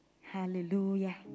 Hallelujah